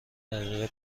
دقیقه